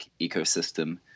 ecosystem